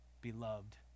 beloved